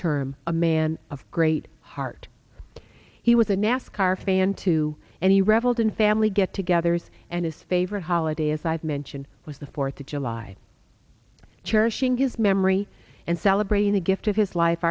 term a man of great heart he was a nascar fan too and he reveled in family get togethers and his favorite holiday as i've mentioned was the fourth of july cherishing his memory and celebrating the gift of his life